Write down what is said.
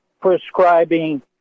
prescribing